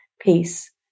peace